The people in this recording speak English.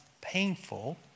painful